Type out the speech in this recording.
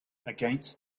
against